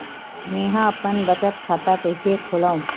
मेंहा अपन बचत खाता कइसे खोलव?